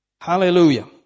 Hallelujah